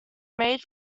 made